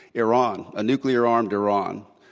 iran a nuclear armed iran.